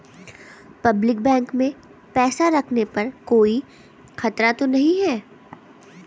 Public bank में पैसा रखने पर कोई खतरा तो नहीं है?